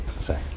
sorry